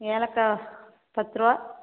ஏலக்காய் பத்துருபா